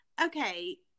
okay